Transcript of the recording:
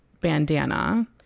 bandana